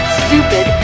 stupid